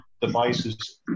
devices